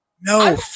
No